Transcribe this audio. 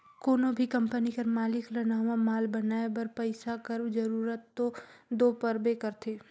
कोनो भी कंपनी कर मालिक ल नावा माल बनाए बर पइसा कर जरूरत दो परबे करथे